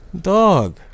dog